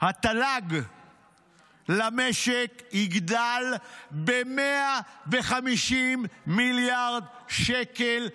התל"ג למשק יגדל ב-150 מיליארד שקל לשנה.